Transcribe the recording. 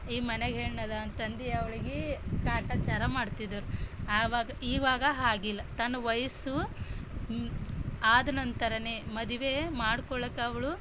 ಈ ಮನೆಗೆಣ್ಣದ ಅಂತಂದು ಅವಳಿಗೆ ಕಾಟಾಚಾರ ಮಾಡ್ತಿದ್ದರು ಆವಾಗ ಈವಾಗ ಹಾಗಿಲ್ಲ ತನ್ನ ವಯಸ್ಸು ಆದ ನಂತರನೇ ಮದುವೆ ಮಾಡ್ಕೊಳ್ಳೋಕೆ ಅವಳು